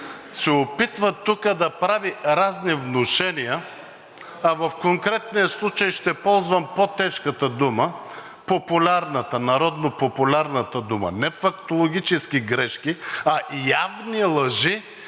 се опитва тук да прави разни внушения, а в конкретния случай ще ползвам по-тежката дума, популярната, народно популярната дума – не фактологически грешки, а явни лъжи.